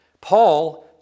Paul